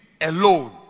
alone